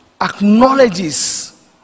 acknowledges